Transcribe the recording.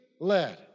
led